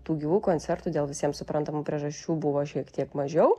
tų gyvų koncertų dėl visiems suprantamų priežasčių buvo šiek tiek mažiau